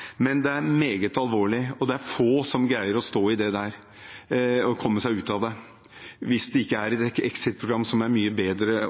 Men det er meget alvorlig, og det er få som greier å stå i dette og komme seg ut av det hvis de ikke er i exit-program, som er mye bedre,